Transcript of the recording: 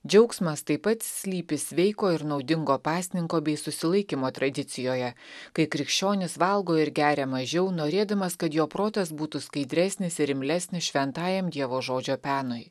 džiaugsmas taip pat slypi sveiko ir naudingo pasninko bei susilaikymo tradicijoje kai krikščionis valgo ir geria mažiau norėdamas kad jo protas būtų skaidresnis ir imlesnis šventajam dievo žodžio penui